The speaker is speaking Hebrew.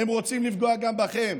הם רוצים לפגוע גם בכם.